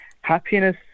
happiness